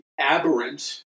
aberrant